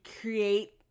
create